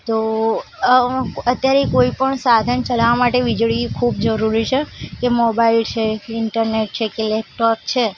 તો અ અત્યારે કોઇપણ સાધન ચલાવવા માટે વીજળી ખૂબ જરૂરી છે જે મોબાઈલ છે ઇન્ટરનેટ છે કે લૅપટોપ છે